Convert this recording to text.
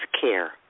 care